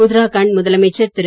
உத்தராகண்ட் முதலமைச்சர் திரு